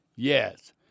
Yes